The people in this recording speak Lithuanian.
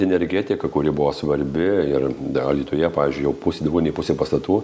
energetika kuri buvo svarbi ir alytuje pavyzdžiui jau pusė daugiau nei pusė pastatų